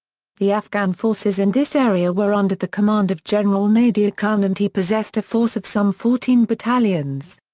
the afghan forces in this area were under the command of general nadir khan and he possessed a force of some fourteen battalions.